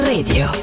Radio